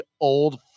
old